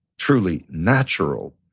truly natural,